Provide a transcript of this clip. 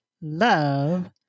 love